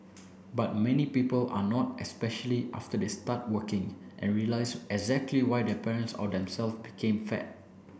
but many people are not especially after they start working and realize exactly why their parents or themselves became fat